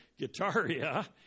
Guitaria